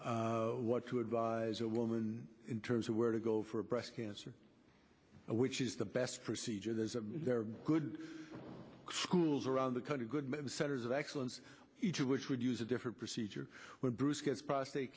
go what to advise a woman in terms of where to go for breast cancer which is the best procedure there's a very good schools around the country good centers of excellence each of which would use a different procedure where bruce gets prostate